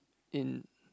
in